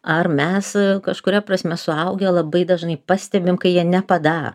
ar mes kažkuria prasme suaugę labai dažnai pastebim kai jie nepadaro